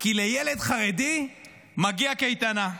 כי לילד חרדי מגיעה קייטנה.